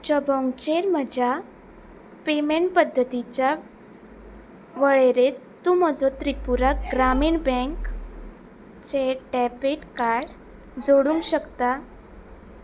जबोंगचेर म्हज्या पेमेंट पद्दतीच्या वळेरेंत तूं म्हजो त्रिपुरा ग्रामीण बँक चे डॅबीट कार्ड जोडूंक शकता